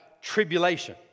tribulation